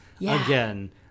again